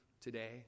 today